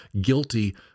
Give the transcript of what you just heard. guilty